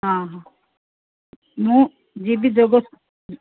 ହଁ ହଁ ମୁଁ ଯିବି ଯୋଗ